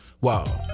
Wow